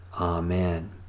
Amen